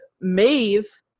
Maeve